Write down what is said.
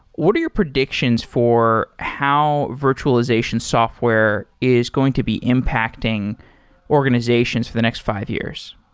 what are your predictions for how virtualization software is going to be impacting organizations for the next five years?